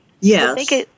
Yes